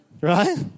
Right